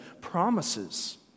promises